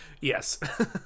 Yes